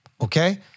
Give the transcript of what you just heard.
okay